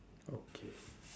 okay